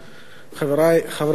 חברי חברי הכנסת,